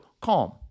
CALM